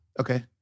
Okay